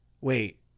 wait